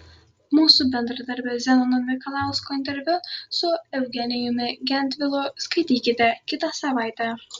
mūsų bendradarbio zenono mikalausko interviu su eugenijumi gentvilu skaitykite kitą savaitę